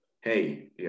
hey